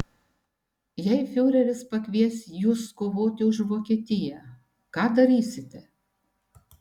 jei fiureris pakvies jus kovoti už vokietiją ką darysite